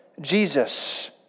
Jesus